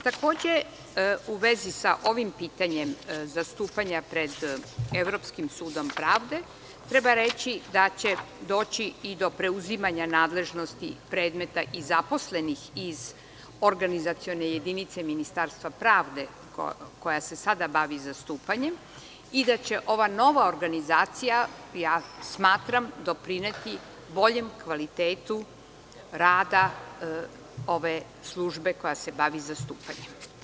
Takođe u vezi sa ovim pitanjem zastupanja pred Evropskim sudom pravde, treba reći da će doći i do preuzimanja nadležnosti predmeta i zaposlenih iz organizacione jedinice Ministarstva pravde koja se sada bavi zastupanjem i da će ova nova organizacija, smatram, doprineti boljem kvalitetu rada ove službe koja se bavi zastupanjem.